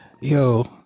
Yo